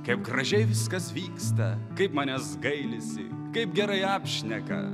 kaip gražiai viskas vyksta kaip manęs gailisi kaip gerai apšneka